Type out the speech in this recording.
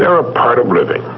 are a part of living.